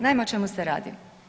Naime, o čemu se radi?